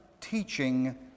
teaching